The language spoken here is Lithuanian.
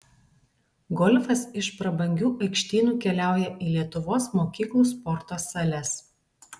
golfas iš prabangių aikštynų keliauja į lietuvos mokyklų sporto sales